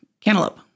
cantaloupe